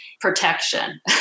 protection